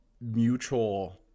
mutual